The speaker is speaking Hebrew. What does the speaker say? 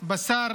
אצל השר